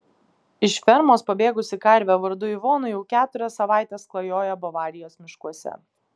iš fermos pabėgusi karvė vardu ivona jau keturias savaites klajoja bavarijos miškuose